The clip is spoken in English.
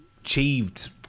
achieved